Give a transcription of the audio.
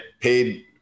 paid